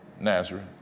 Nazareth